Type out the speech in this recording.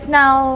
now